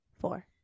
four